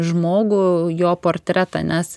žmogų jo portretą nes